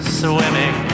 swimming